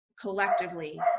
collectively